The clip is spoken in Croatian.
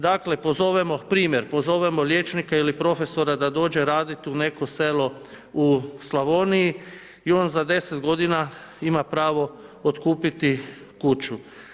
Dakle, pozovemo, primjer, pozovemo liječnika ili profesora da dođe raditi u neko selo u Slavoniji i on za 10 g. ima pravo otkupiti kuću.